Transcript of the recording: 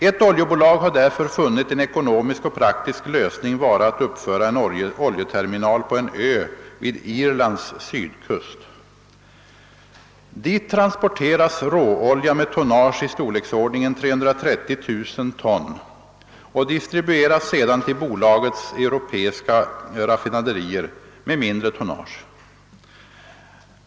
Ett oljebolag har därför funnit en ekonomisk och praktisk lösning vara att uppföra en oljeterminal på en ö vid Irlands sydkust. Dit transporteras råolja med tonnage i storleksordningen 330 000 ton och distribueras sedan till bolagets europeiska raffinaderier med mindre tonnage.